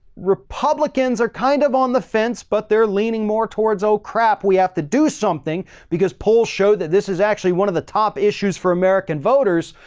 republicans are kind of on the fence, but they're leaning more towards, oh crap, we have to do something because poll show that this is actually one of the top issues for american voters.